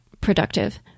productive